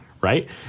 Right